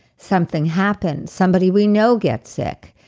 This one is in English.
something happens. somebody we know gets sick.